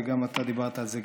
וגם אתה דיברת על זה,